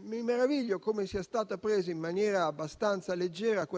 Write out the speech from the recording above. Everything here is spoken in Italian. Mi meraviglio del fatto che sia stata presa in maniera abbastanza leggera